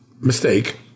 mistake